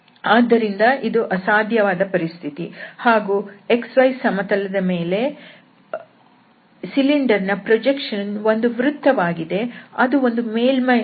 ಆದ್ದರಿಂದ ಇದು ಅಸಾಧ್ಯವಾದ ಪರಿಸ್ಥಿತಿ ಹಾಗೂ x y ಸಮತಲ ದ ಮೇಲೆ ಸಿಲಿಂಡರ್ ನ ಪ್ರೊಜೆಕ್ಷನ್ ಒಂದು ವೃತ್ತವಾಗಿದೆ ಅದು ಒಂದು ಮೇಲ್ಮೈ ಅಲ್ಲ